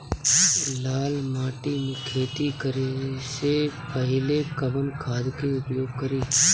लाल माटी में खेती करे से पहिले कवन खाद के उपयोग करीं?